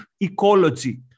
ecology